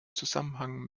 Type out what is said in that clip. zusammenhang